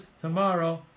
tomorrow